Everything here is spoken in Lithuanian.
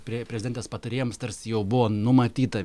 prie prezidentės patarėjams tarsi jau buvo numatyta